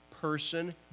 person